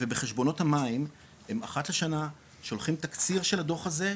ובחשבונות המים אחת לשנה שולחים תקציר של הדוח הזה,